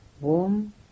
warm